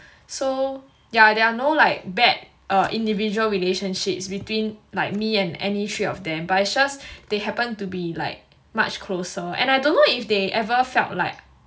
so yeah there are no like bad individual relationships between like me and any three of them they happen to be like much closer and I don't know if they ever felt like